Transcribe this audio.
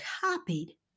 copied